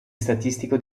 statistico